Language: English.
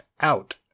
out